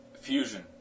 fusion